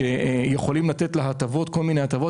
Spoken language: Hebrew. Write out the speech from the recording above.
שיכולים לתת לה כל מיני הטבות.